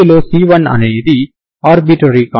ఇందులో c1 అనునది arbitrary constant